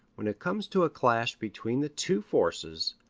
when it comes to a clash between the two forces,